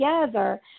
together